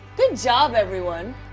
good job everyone!